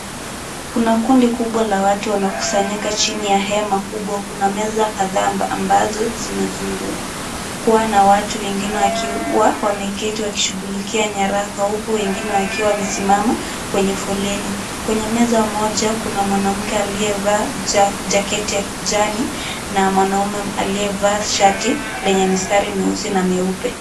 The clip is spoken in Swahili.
Kuna kundi kubwa la watu wamekusanyika chini ya hema kubwa. Kuna meza kadhaa ambazo zimezungukwa na watu wengine wakiwa wameketi wakishughulikia nyaraka. Huku wengine wakiwa wamesimama kwenye foleni. Kwenye meza moja kuna mwanamke aliyevaa jaketi ya kijani na mwanaume aliyevaa shati lenye mistari meusi na meupe.